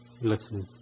Listen